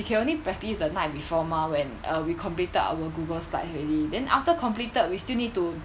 we can only practice the night before mah when err we completed our Google slides already then after completed we still need to